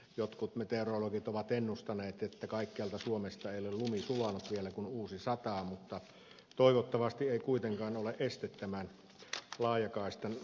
jotkut meteorologit ovat ennustaneet että kaikkialta suomesta ei ole lumi sulanut vielä kun uusi sataa mutta se toivottavasti ei kuitenkaan ole este tämän laajakaistan rakentamiselle